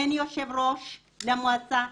אין יושב-ראש למועצה,